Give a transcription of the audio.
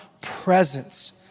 presence